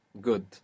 Good